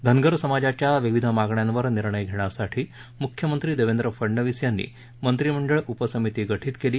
धनगर समाजाच्या विविध मागण्यांवर निर्णय घेण्यासाठी म्ख्यमंत्री देवेंद्र फडणवीस यांनी मंत्रिमंडळ उपसमिती गठित केली